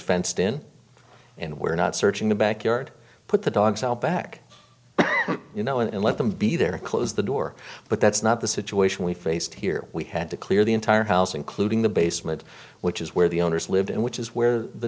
fenced in and we're not searching the backyard put the dogs out back you know and let them be there to close the door but that's not the situation we faced here we had to clear the entire house including the basement which is where the owners lived and which is where the